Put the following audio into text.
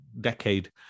decade